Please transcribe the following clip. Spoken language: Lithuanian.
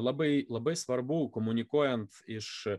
labai labai svarbu komunikuojant iš